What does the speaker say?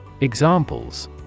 Examples